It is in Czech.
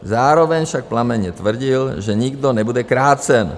Zároveň však plamenně tvrdil, že nikdo nebude krácen.